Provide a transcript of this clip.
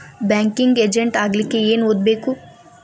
Banking agent ಆಗ್ಲಿಕ್ಕೆ ಏನ್ ಓದ್ಬೇಕು?